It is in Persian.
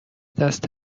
دست